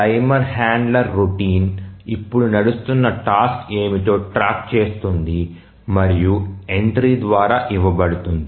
timer handler routine ఇప్పుడు నడుస్తున్న task ఏమిటో ట్రాక్ చేస్తుంది మరియు ఎంట్రీ ద్వారా ఇవ్వబడుతుంది